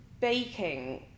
baking